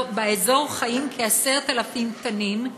באזור חיים כ-10,000 תנים,